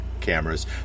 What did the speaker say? cameras